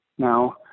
now